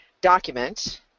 document